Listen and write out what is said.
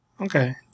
Okay